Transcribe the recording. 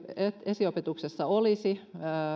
esiopetuksessa olisi